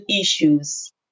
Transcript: issues